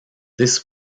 this